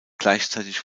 gleichzeitig